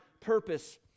purpose